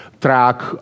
track